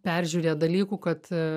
peržiūrėt dalykų kad